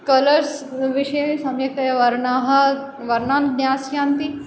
colours विषये सम्यक्तया वर्णाः वर्णान् ज्ञास्यन्ति